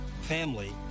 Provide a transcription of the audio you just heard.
family